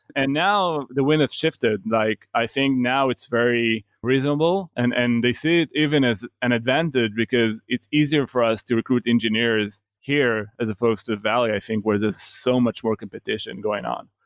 and now, the wind has shifted. like i think now it's very reasonable and and they see it even as an advantage, because it's easier for us to recruit engineers here as supposed to the valley i think, where there's so much more competition going on.